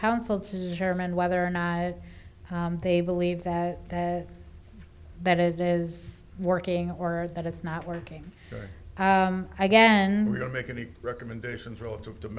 council to determine whether or not they believe that that it is working or that it's not working i guess and we don't make any recommendations relative to